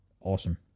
awesome